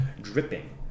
dripping